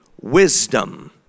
wisdom